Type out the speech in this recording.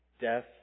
death